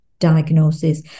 diagnosis